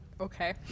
Okay